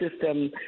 system